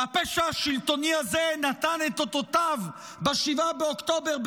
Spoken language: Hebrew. והפשע השלטוני הזה נתן את אותותיו ב-7 באוקטובר,